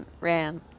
ran